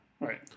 Right